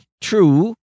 true